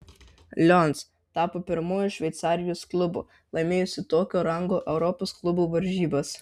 lions tapo pirmuoju šveicarijos klubu laimėjusiu tokio rango europos klubų varžybas